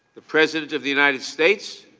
the president of the united states,